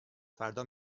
فردا